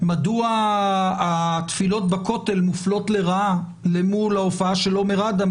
מדוע התפילות בכותל מופלות לרעה אל מול ההופעה של עומר אדם,